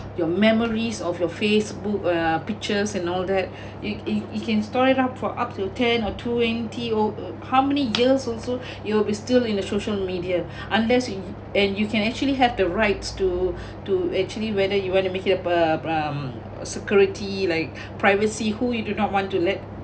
your memories of your facebook uh pictures and all that it it can store it up for up to ten or twenty oh uh how many years also you'll be still in the social media unless you and you can actually have the rights to to actually whether you want to make it a b~ um a security like privacy who you do not want to let